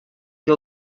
que